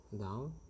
down